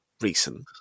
recent